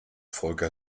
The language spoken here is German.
volker